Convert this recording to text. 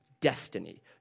Destiny